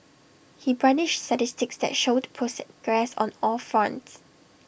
he brandished statistics that showed progress on all fronts